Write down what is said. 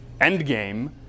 Endgame